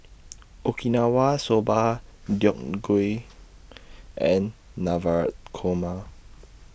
Okinawa Soba Gui and Korma